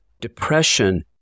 depression